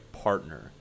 partner